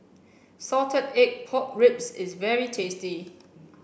salted egg pork ribs is very tasty